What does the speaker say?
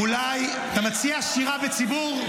אולי אתה מציע שירה בציבור?